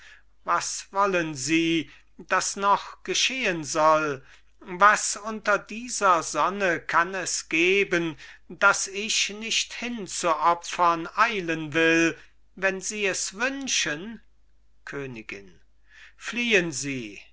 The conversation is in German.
was wollen sie das noch geschehen soll was unter dieser sonne kann es geben das ich nicht hinzuopfern eilen will wenn sie es wünschen königin fliehen sie